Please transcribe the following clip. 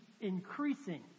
increasing